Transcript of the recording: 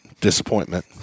disappointment